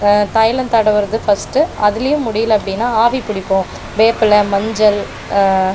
தைலம் தடவுறது ஃபஸ்ட்டு அதுலேயும் முடியலை அப்படின்னா ஆவி பிடிப்போம் வேப்பிலை மஞ்சள்